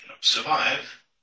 survive